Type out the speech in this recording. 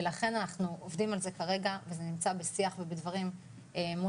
ולכן אנחנו עובדים על זה כרגע וזה נמצא בשיח ובדברים מול